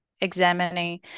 examining